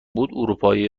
بود، اروپایی